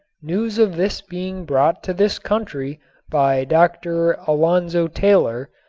news of this being brought to this country by dr. alonzo taylor,